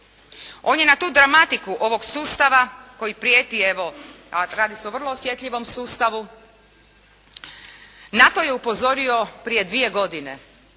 On je na tu dramatiku ovog sustava koji prijeti evo, a radi se o vrlo osjetljivom sustavu, na to je upozorio prije dvije godine.